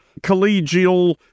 collegial